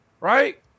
right